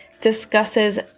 discusses